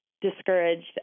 discouraged